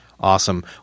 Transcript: Awesome